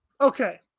Okay